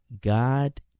God